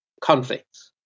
conflicts